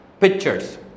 pictures